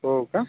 हो का